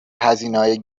هزینههای